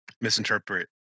misinterpret